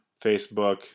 Facebook